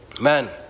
man